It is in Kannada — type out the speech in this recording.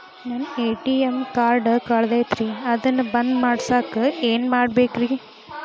ನನ್ನ ಎ.ಟಿ.ಎಂ ಕಾರ್ಡ್ ಕಳದೈತ್ರಿ ಅದನ್ನ ಬಂದ್ ಮಾಡಸಾಕ್ ಏನ್ ಮಾಡ್ಬೇಕ್ರಿ?